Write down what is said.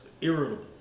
Irritable